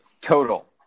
total